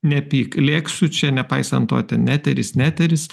nepyk lėksiu čia nepaisant to ten eteris ne eteris